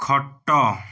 ଖଟ